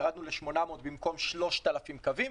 ירדנו ל-800 במקום 3,000 קווים,